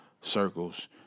circles